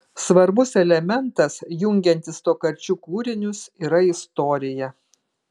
svarbus elementas jungiantis tokarčuk kūrinius yra istorija